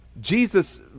Jesus